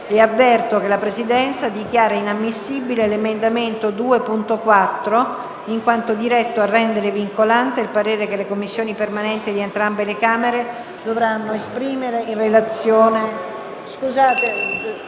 Avverto che la Presidenza dichiara inammissibile l'emendamento 2.4 in quanto diretto a rendere vincolante il parere che le Commissioni permanenti di entrambe le Camere dovranno esprimere in relazione